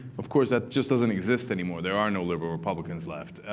of course, that just doesn't exist anymore. there are no liberal republicans left.